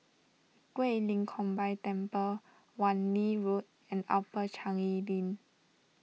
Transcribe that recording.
Guilin Combined Temple Wan Lee Road and Upper Changi Link